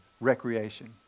recreation